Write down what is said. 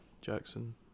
Jackson